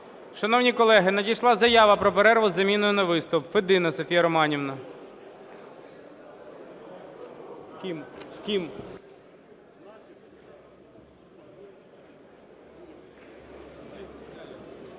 Шановні колеги, надійшла заява про перерву з заміною на виступ, Федина Софія Романівна. 10:02:48